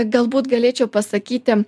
galbūt galėčiau pasakyti